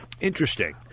Interesting